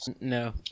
No